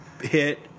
hit